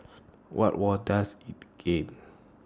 what were does he